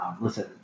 listen